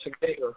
together